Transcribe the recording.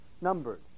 numbered